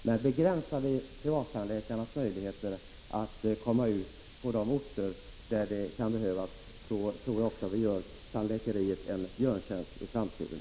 Men begränsar vi möjligheterna för tandläkarna att etablera sig på de orter där de kan behövas, så tror jag att vi gör tandläkeriet en björntjänst för framtiden.